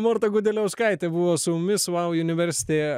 morta gudeliauskaitė buvo su mumis vau universiti